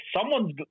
someone's